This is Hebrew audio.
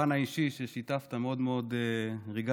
שבפן האישי ששיתפת מאוד מאוד ריגשת,